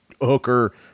hooker